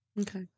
Okay